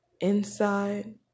inside